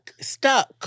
stuck